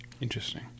Interesting